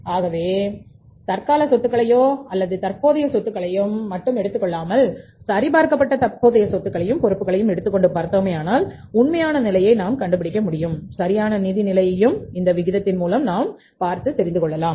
ஆகவே தற்கால சொத்துக்களையோ அல்லது தற்போதைய பொறுப்புக்களையோ மட்டும் எடுத்துக் கொள்ளாமல் சரிபார்க்கப்பட்ட தற்போதைய சொத்துக்களையும் பொறுப்புகளையும் எடுத்துக்கொண்டு பார்த்தோமேயானால் உண்மையான நிலையை நாம் கண்டுபிடிக்க முடியும் சரியான நிதி நிலையையும் இந்த விகிதத்தின் மூலம் நாம் பார்த்து தெரிந்து கொள்ளலாம்